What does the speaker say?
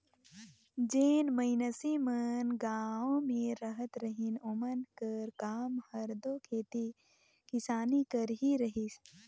जेन मइनसे मन गाँव में रहत रहिन ओमन कर काम हर दो खेती किसानी कर ही रहिस